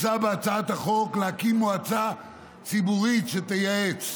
הוצע בהצעת החוק להקים מועצה ציבורית שתייעץ.